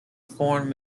foreign